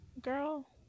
Girl